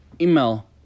email